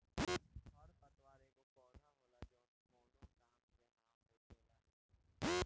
खर पतवार एगो पौधा होला जवन कौनो का के न हो खेला